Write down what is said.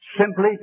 simply